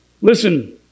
Listen